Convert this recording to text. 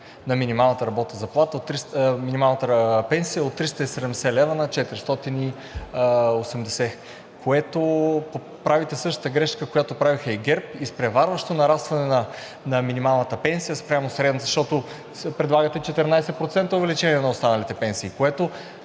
на минималната пенсия – от 370 лв. на 480, с което правите същата грешка, която правиха и ГЕРБ – изпреварващо нарастване на минималната пенсия спрямо средната. Защото предлагате 14% увеличение на останалите пенсии, което